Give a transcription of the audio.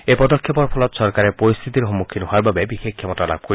এই পদক্ষেপৰ ফলত চৰকাৰে পৰিশ্বিতিৰ সন্মুখীন হোৱাৰ বাবে বিশেষ ক্ষমতা লাভ কৰিব